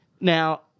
Now